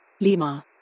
Lima